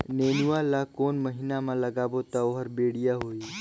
नेनुआ ला कोन महीना मा लगाबो ता ओहार बेडिया होही?